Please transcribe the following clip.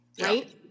right